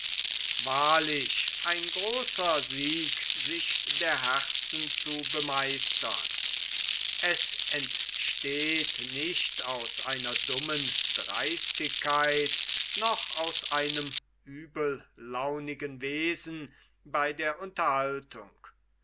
wahrlich ein großer sieg sich der herzen zu bemeistern es entsteht nicht aus einer dummen dreistigkeit noch aus einem übellaunigen wesen bei der unterhaltung